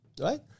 right